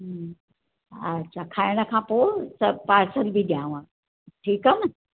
हम्म अच्छा खाइण खां पोइ सभ पार्सल बि ॾियांव ठीकु आहे न